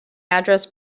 address